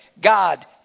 God